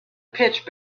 pitch